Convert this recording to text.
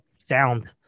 sound